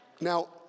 Now